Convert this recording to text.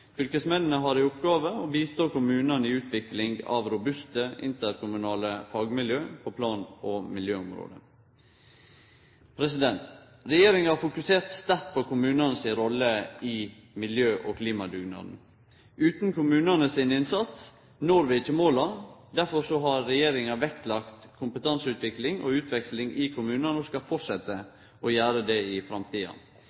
Fylkesmennene har i oppgåve å hjelpe kommunane med utvikling av robuste, interkommunale fagmiljø på plan- og miljøområdet. Regjeringa har fokusert sterkt på kommunane si rolle i miljø- og klimadugnaden. Utan kommunane sin innsats, når vi ikkje måla. Derfor har regjeringa lagt vekt på kompetanseutvikling og -utveksling i kommunane – og skal